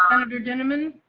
senator dinniman